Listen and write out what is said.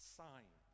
sign